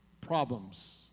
problems